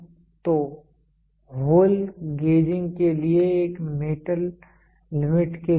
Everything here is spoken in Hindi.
तो यह होल गेजिंग के लिए एक मेटल लिमिट्स के लिए है